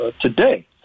today